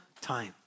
time